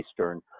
Eastern